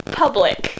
public